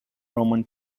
roman